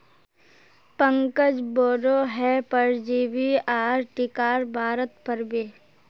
पंकज बोडो हय परजीवी आर टीकार बारेत पढ़ बे